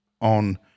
on